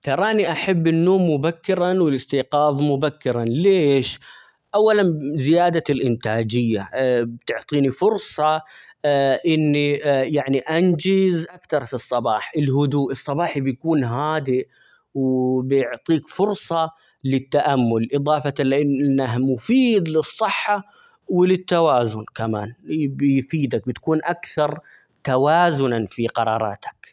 تراني أحب النوم مبكرًا والاستيقاظ مبكرًا ليش؟ أولًا زيادة الإنتاجية بتعطيني فرصة إني يعني أنجز أكتر في الصباح ،الهدوء الصباحي بيكون هادئ، وبيعطيك فرصة للتأمل ،إضافة -لأن- لأنه مفيد للصحة ،وللتوازن كمان، -بي- بيفيدك ،بتكون أكثر توازنًا في قراراتك.